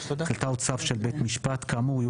החלטה או צו של בית משפט כאמור יהיו